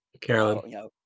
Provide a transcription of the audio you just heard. Carolyn